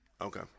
Okay